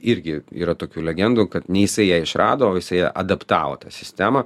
irgi yra tokių legendų kad ne jisai ją išrado o jisai ją adaptavo tą sistemą